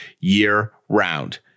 year-round